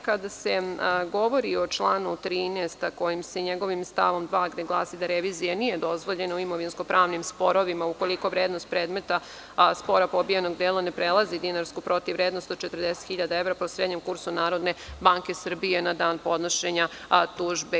Kada se govori o članu 13, a koji se njegovim stavom 2, gde glasi da revizija nije dozvoljena u imovinsko-pravnim sporovima ukoliko vrednost predmeta spora pobijanog dela ne prelazi dinarsku protivvrednost od 40.000 evra po srednjem kursu NBS na dan podnošenja tužbe.